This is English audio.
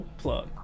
plug